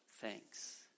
thanks